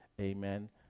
amen